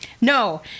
No